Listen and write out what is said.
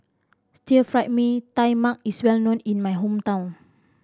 Stir Fry Mee Tai Mak is well known in my hometown